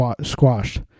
squashed